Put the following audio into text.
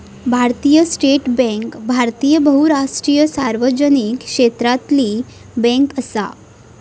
भारतीय state bank एक भारतीय बहुराष्ट्रीय सार्वजनिक क्षेत्रातली बॅन्क असा